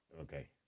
Okay